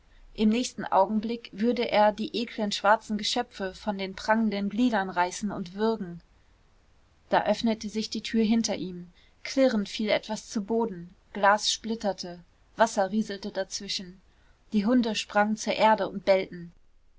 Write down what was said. im nächsten augenblick würde er die eklen schwarzen geschöpfe von den prangenden gliedern reißen und würgen da öffnete sich die tür hinter ihm klirrend fiel etwas zu boden glas splitterte wasser rieselte dazwischen die hunde sprangen zur erde und bellten